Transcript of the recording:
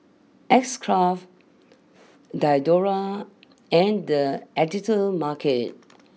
X Craft Diadora and the Editor's Market